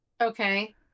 Okay